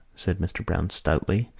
said mr. browne stoutly,